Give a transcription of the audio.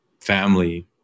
family